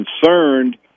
concerned